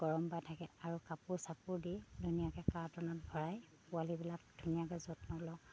গৰম পাই থাকে আৰু কাপোৰ চাপোৰ দি ধুনীয়াকৈ কাৰ্টনত ভৰাই পোৱালিবিলাক ধুনীয়াকৈ যত্ন লওঁ